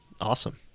awesome